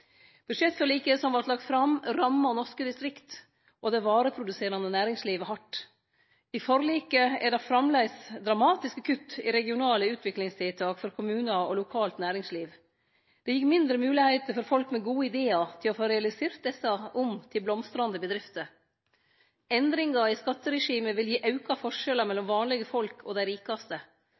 Budsjettforliket som vart lagt fram, rammar norske distrikt og det vareproduserande næringslivet hardt. I forliket er det framleis dramatiske kutt i regionale utviklingstiltak for kommunar og lokalt næringsliv. Det gir mindre moglegheiter for folk med gode idear til å få realisert desse om til blomstrande bedrifter. Endringane i skatteregimet vil gi auka forskjellar mellom vanlege folk og dei rikaste.